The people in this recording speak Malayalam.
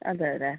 അതെ അതെ